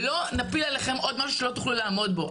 ולא נפיל עליכם עוד משהו שלא תוכלו לעמוד בו,